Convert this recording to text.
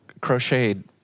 crocheted